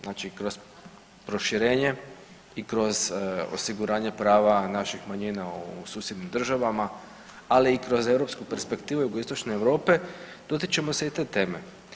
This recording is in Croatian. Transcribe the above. Znači kroz proširenje i kroz osiguranje prava naših manjina u susjednim državama ali i kroz europsku perspektivu jugoistočne Europe dotičemo se i te teme.